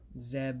Zeb